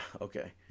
okay